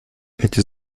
эти